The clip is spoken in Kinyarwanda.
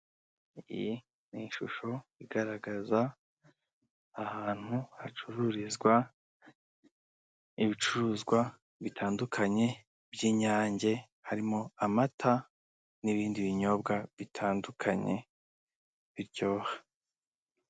Iyi ni ishusho igaragaza ahantu hacururizwa ibicuruzwa bitandukanye by'inyange harimo amata n'ibindi binyobwa bitandukanye biryoha.